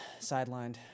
sidelined